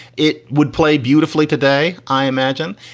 it would play beautifully today, i imagine.